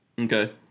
Okay